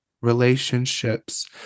relationships